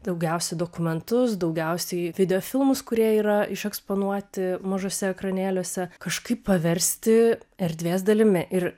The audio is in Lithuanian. daugiausia dokumentus daugiausiai videofilmus kurie yra iš eksponuoti mažuose ekranėliuose kažkaip paversti erdvės dalimi ir